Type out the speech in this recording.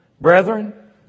brethren